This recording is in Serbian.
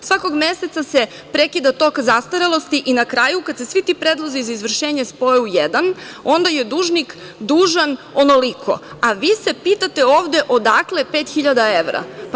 Svakog meseca se prekida tok zastarelosti i na kraju, kad se svi ti predlozi za izvršenje spoje u jedan, onda je dužnik dužan onoliko, a vi se pitate ovde odakle 5.000 evra?